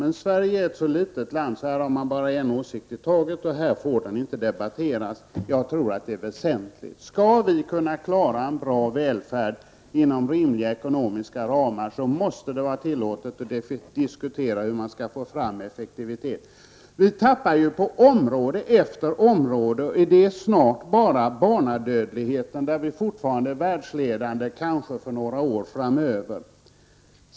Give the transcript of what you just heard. Men Sverige är ett så litet land, så här har man bara en åsikt i taget, och här får den inte debatteras. Jag tror det är väsentligt. Skall vi kunna klara en bra välfärd inom rimliga ekonomiska ramar måste det vara tillåtet att diskutera hur man skall få fram effektivitet. Vi tappar ju på område efter område. Det är bara i fråga om barndödligheten som vi fortfarande är världsledande dvs. har den lägsta barndödligheten, kanske för några år framöver.